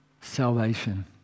Salvation